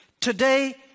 Today